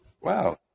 Wow